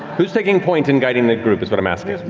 who's taking point in guiding the group is what i'm asking.